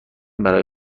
برای